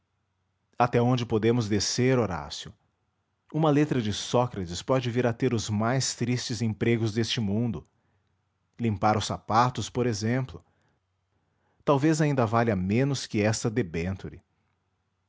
até onde podemos descer horácio uma letra de sócrates pode vir a ter os mais tristes empregos deste mundo limpar os sapatos por exemplo talvez ainda valha menos que esta